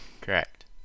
Correct